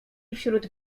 wśród